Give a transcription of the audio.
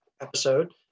episode